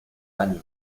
año